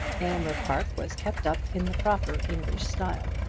aylmer park was kept up in the proper english style.